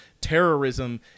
terrorism